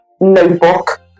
notebook